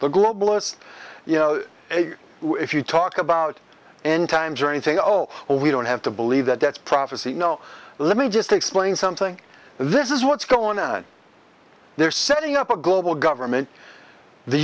the globalist you know if you talk about n times or anything oh we don't have to believe that that's prophecy no let me just explain something this is what's going on they're setting up a global government the